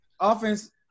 Offense